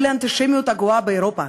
מול האנטישמיות הגואה באירופה,